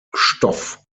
stoff